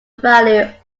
value